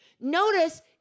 Notice